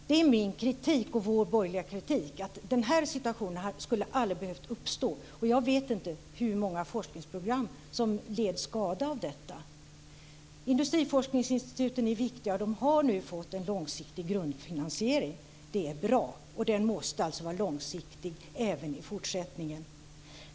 Det är min och vår borgerliga kritik att den här situationen skulle aldrig ha behövt uppstå. Jag vet inte hur många forskningsprogram som led skada av detta. Industriforskningsinstituten är viktiga, och de har nu fått en långsiktig grundfinansiering. Det är bra, och den måste vara långsiktig även i fortsättningen.